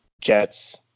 Jets